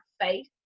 faith